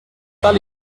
tal